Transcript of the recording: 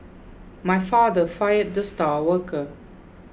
my father fired the star worker